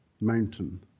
mountain